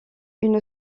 une